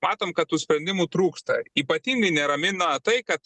matom kad tų sprendimų trūksta ypatingai neramina tai kad